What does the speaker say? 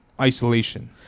isolation